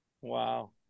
Wow